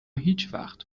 هیچوقت